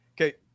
Okay